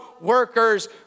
workers